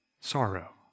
sorrow